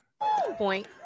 Point